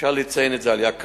אפשר לציין את זה: עלייה קלה,